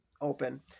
open